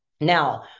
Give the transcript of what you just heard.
Now